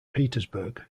petersburg